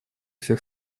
всех